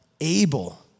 able